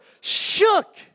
shook